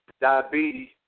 diabetes